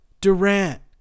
Durant